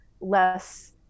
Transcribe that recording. less